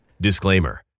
Disclaimer